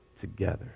together